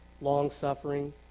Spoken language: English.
long-suffering